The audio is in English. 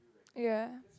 ya